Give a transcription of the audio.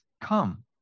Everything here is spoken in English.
come